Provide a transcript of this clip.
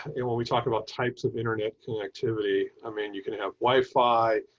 it will be talking about types of internet connectivity. i mean, you can have wi fi.